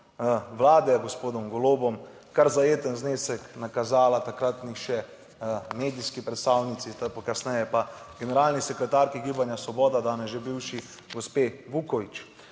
vlade, gospodom Golobom, kar zajeten znesek nakazala takratni še medijski predstavnici, kasneje pa generalni sekretarki gibanja Svoboda, danes že bivši, gospe Vuković.